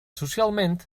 socialment